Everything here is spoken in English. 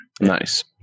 Nice